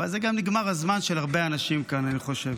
אבל נגמר גם הזמן של הרבה אנשים כאן, אני חושב.